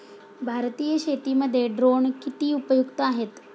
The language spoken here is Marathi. भारतीय शेतीमध्ये ड्रोन किती उपयुक्त आहेत?